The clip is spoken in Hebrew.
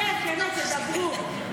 בכיף, תדברו,